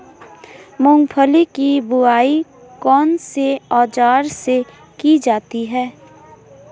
मूंगफली की बुआई कौनसे औज़ार से की जाती है?